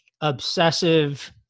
obsessive